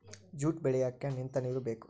jute ಬೆಳಿಯಕ್ಕೆ ನಿಂತ ನೀರು ಬೇಕು